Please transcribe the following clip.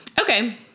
Okay